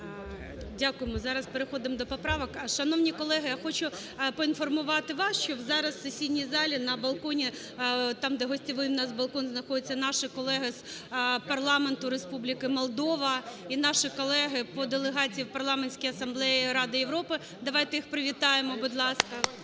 Дякуємо. Зараз переходимо до поправок. Шановні колеги, я хочу поінформувати вас, що зараз у сесійній залі на балконі, там де гостьовий у нас балкон, знаходяться наші колеги з парламенту Республіки Молдова і наші колеги по делегації у Парламентській асамблеї Ради Європи. Давайте їх привітаємо, будь ласка.